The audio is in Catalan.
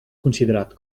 considerat